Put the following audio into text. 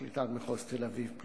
פרקליטות מחוז תל-אביב,